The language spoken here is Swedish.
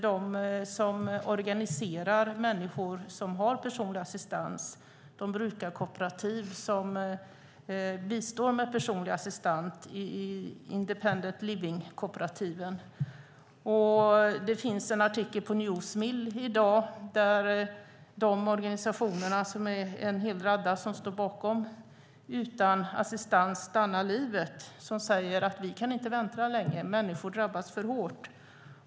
Det handlar om dem som organiserar människor som har personlig assistans, de brukarkooperativ som bistår med personlig assistans, Independent Living-kooperativen. Det finns en artikel på Newsmill i dag där de organisationer - det är en hel radda - som står bakom Utan assistans stannar livet säger att vi inte kan vänta längre. Människor drabbas för hårt.